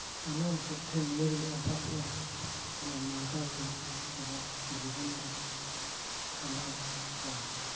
ᱥᱟᱱᱟᱢ ᱦᱚᱲ ᱴᱷᱮᱱ ᱞᱮ ᱟᱨᱫᱟᱥᱚᱜᱼᱟ ᱡᱮ ᱱᱚᱝᱠᱟ ᱜᱮ ᱟᱵᱚᱣᱟᱜ ᱡᱤᱵᱚᱱ ᱫᱚ ᱠᱷᱟᱸᱰᱟᱜᱼᱟ